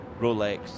Rolex